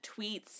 tweets